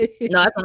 No